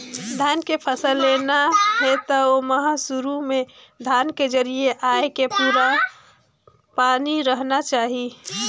धान के फसल लेना हे त ओमहा सुरू में धान के जरिया आए के पुरता पानी रहना चाही